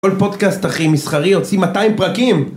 כל פודקאסט, אחי, מסחרי, יוצאים 200 פרקים!